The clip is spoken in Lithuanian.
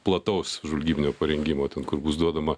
plataus žvalgybinio parengimo ten kur bus duodama